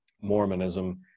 Mormonism